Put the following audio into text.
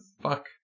Fuck